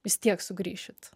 vis tiek sugrįšit